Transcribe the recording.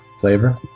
Flavor